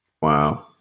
Wow